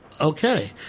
okay